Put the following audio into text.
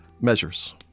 measures